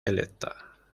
electa